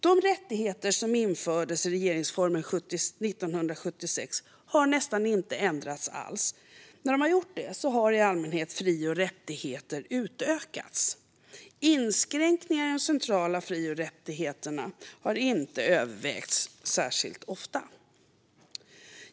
De rättigheter som infördes i regeringsformen 1976 har nästan inte ändrats alls, och när de har gjort det har i allmänhet fri och rättigheter utökats. Inskränkningar i de centrala fri och rättigheterna har inte övervägts särskilt ofta.